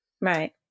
right